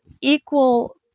equal